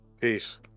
Peace